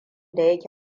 da